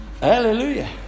Hallelujah